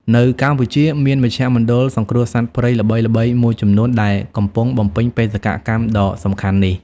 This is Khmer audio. នៅកម្ពុជា មានមជ្ឈមណ្ឌលសង្គ្រោះសត្វព្រៃល្បីៗមួយចំនួនដែលកំពុងបំពេញបេសកកម្មដ៏សំខាន់នេះ។